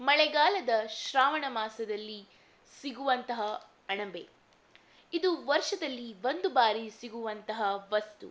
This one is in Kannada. ಮಳೆಗಾಲದ ಶ್ರಾವಣ ಮಾಸದಲ್ಲಿ ಸಿಗುವಂತಹ ಅಣಬೆ ಇದು ವರ್ಷದಲ್ಲಿ ಒಂದು ಬಾರಿ ಸಿಗುವಂತಹ ವಸ್ತು